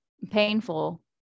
painful